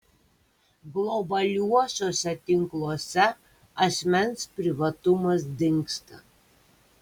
globaliuosiuose tinkluose asmens privatumas dingsta